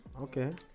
Okay